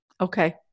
Okay